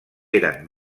eren